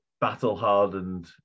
battle-hardened